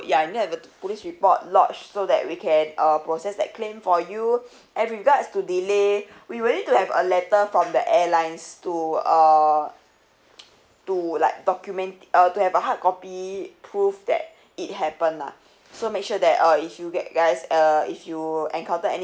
yeah you need have a t~ police report lodged so that we can uh process that claim for you and regards to delay we will need to have a letter from the airlines to err to like document it uh to have a hard copy proof that it happened ah so make sure that uh if you get guys uh if you encounter any